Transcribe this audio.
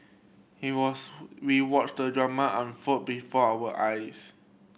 he was we watched the drama unfold before our eyes